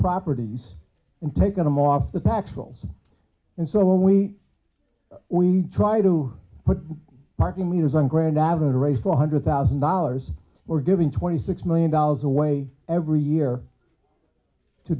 properties and taken them off the tax rolls and so when we we try to put parking meters on grand avenue to raise four hundred thousand dollars or giving twenty six million dollars away every year to